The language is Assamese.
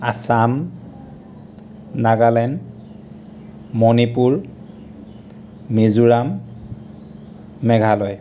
আসাম নাগালেণ্ড মণিপুৰ মিজোৰাম মেঘালয়